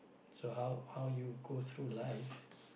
so how how you go through life